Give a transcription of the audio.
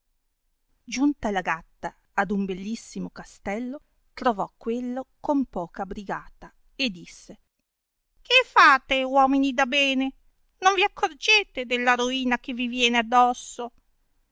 giudicava giunta la gatta ad una bellissimo castello trovò quello con poca brigata e disse che fate uomini da bene non vi accorgete della roina che vi viene